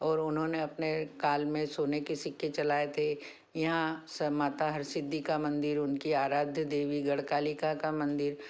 और उन्होंने अपने काल में सोने के सिक्के चलाए थे यहाँ समाता हरसिद्धि का मंदिर उनकी आराध्य देवी गढ़कालिका का मंदिर